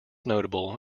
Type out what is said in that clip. notable